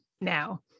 now